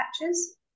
patches